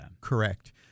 Correct